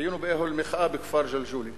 היינו באוהל מחאה בכפר ג'לג'וליה.